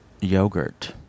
yogurt